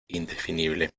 indefinible